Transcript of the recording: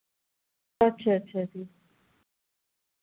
अच्छा अच्छा जी